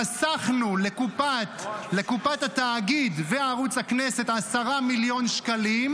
חסכנו לקופת התאגיד וערוץ הכנסת 10 מיליון שקלים,